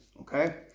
okay